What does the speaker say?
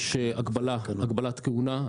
יש הגבלת כהונה.